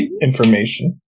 information